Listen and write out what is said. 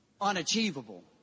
unachievable